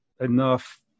enough